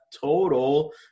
total